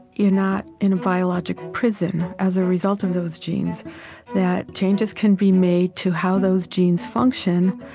you're not in a biologic prison as a result of those genes that changes can be made to how those genes function,